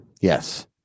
Yes